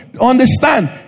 understand